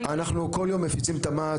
כל יום --- אנחנו כל יום מפיצים את תמ"צ,